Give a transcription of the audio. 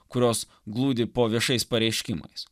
kurios glūdi po viešais pareiškimais